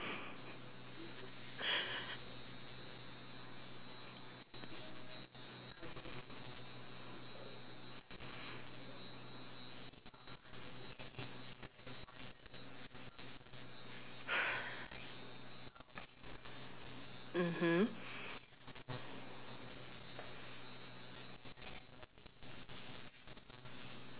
mmhmm